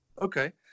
Okay